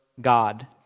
God